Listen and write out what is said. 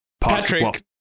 Patrick